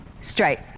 Straight